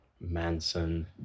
Manson